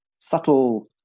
Subtle